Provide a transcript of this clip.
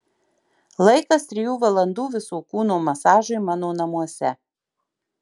laikas trijų valandų viso kūno masažui mano namuose